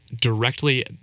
directly